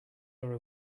are